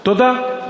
תודה.